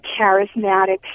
charismatic